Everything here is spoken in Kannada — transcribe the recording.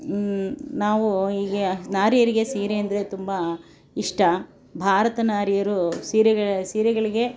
ನಾವು ಈಗ ನಾರಿಯರಿಗೆ ಸೀರೆ ಅಂದರೆ ತುಂಬ ಇಷ್ಟ ಭಾರತ ನಾರಿಯರು ಸೀರೆಗಳ ಸೀರೆಗಳಿಗೆ